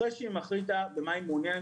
אחרי שהיא מחליטה במה היא מעוניינת,